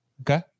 Okay